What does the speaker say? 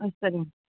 ஆ சரிங்க சார்